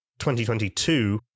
2022